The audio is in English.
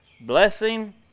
blessing